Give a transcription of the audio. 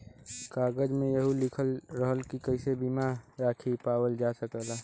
कागज में यहू लिखल रहला की कइसे बीमा रासी पावल जा सकला